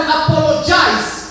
apologize